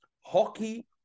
Hockey